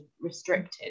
restricted